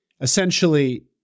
Essentially